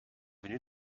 venu